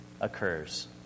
occurs